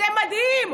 זה מדהים.